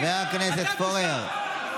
חבר הכנסת פורר.